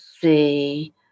see